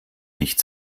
nicht